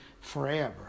forever